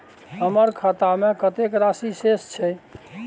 हमर खाता में कतेक राशि शेस छै?